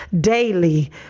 daily